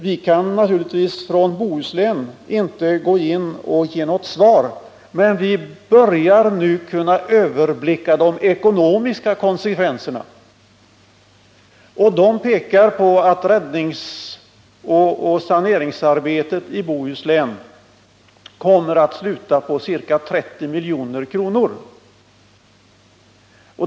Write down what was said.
Vi kan naturligtvis inte ge något svar på detta när det gäller Bohuslän, men vi börjar nu ändå kunna överblicka de ekonomiska konsekvenserna av det som skett. Uppgifterna pekar på att räddningsoch saneringsarbetet i Bohuslän kommer att sluta på ca 30 milj.kr.